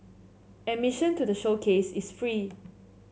admission to the showcase is free